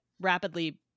rapidly